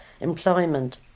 employment